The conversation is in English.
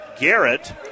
Garrett